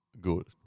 good